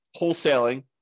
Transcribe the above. wholesaling